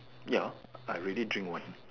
ya I really drink one